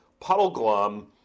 Puddleglum